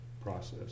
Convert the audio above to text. process